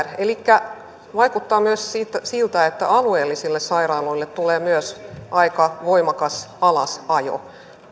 elikkä vaikuttaa siltä että alueellisille sairaaloille tulee myös aika voimakas alasajo